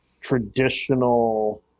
traditional